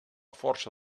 força